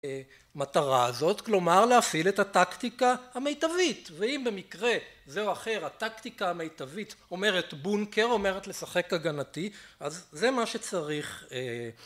מטרה הזאת, כלומר להפעיל את הטקטיקה המיטבית ואם במקרה זה או אחר הטקטיקה המיטבית אומרת בונקר אומרת לשחק הגנתי אז זה מה שצריך